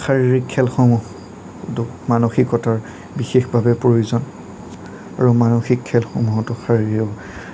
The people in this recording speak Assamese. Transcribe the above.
শাৰীৰিক খেলসমূহত মানসিকতাৰ বিশেষভাৱে প্ৰয়োজন আৰু মানসিক খেলসমূহতো শাৰীৰৰ